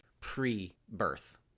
pre-birth